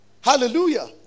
Hallelujah